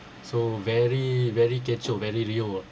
so very very kecoh very riuh ah